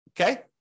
Okay